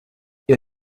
ihr